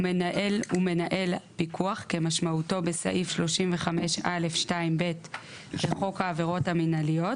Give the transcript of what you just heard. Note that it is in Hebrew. ומנהל פיקוח כמשמעותו בסעיף 35א2ב לחוק העבירות המנהליות